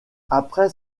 après